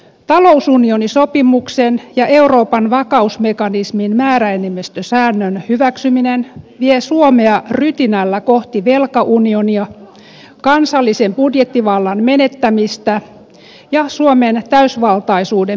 talousunionisopimuksen ja euroopan vakausmekanismin määräenemmistösäännön hyväksyminen vie suomea rytinällä kohti velkaunionia kansallisen budjettivallan menettämistä ja suomen täysivaltaisuuden myymistä